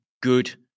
good